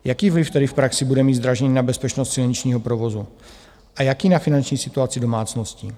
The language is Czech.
Jaký vliv tedy v praxi bude mít zdražení na bezpečnost silničního provozu a jaký na finanční situaci domácností?